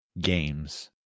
games